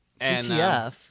TTF